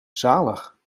zalig